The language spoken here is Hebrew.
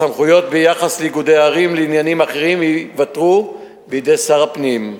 הסמכויות ביחס לאיגודי ערים לעניינים אחרים ייוותרו בידי שר הפנים,